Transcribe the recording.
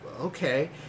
okay